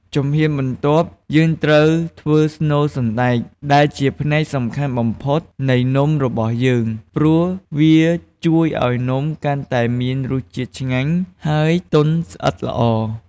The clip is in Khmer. ជំហានបន្ទាប់ យើងត្រូវធ្វើស្នូលសណ្ដែក ដែលជាផ្នែកសំខាន់បំផុតនៃនំរបស់យើង ព្រោះវាជួយឱ្យនំកាន់តែមានរសជាតិឆ្ងាញ់ ហើយទន់ស្អិតល្អ។